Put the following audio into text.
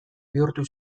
bihurtu